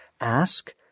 Ask